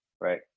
right